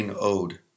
ode